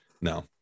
no